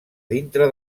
dintre